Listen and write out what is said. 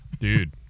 Dude